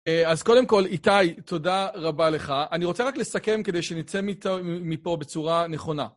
אז קודם כל, איתי, תודה רבה לך. אני רוצה רק לסכם כדי שנצא מפה בצורה נכונה.